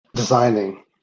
Designing